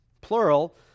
plural